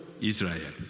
Israel